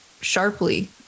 sharply